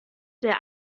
der